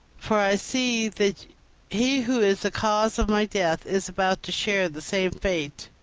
for i see that he who is the cause of my death is about to share the same fate.